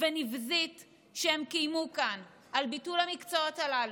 ונבזית שהם קיימו כאן על ביטול המקצועות הללו,